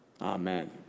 amen